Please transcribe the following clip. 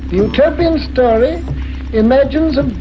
utopian story imagines a